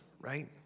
right